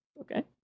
Okay